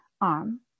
arm